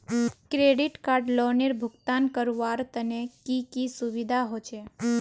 Credit card लोनेर भुगतान करवार तने की की सुविधा होचे??